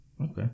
Okay